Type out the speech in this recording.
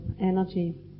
energy